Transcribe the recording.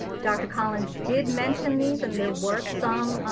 dr. collins did mention these, and there were some